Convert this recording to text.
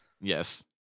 Yes